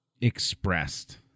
expressed